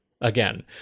again